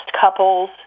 couples